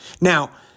Now